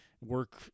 work